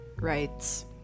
writes